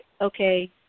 okay